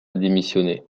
démissionner